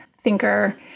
thinker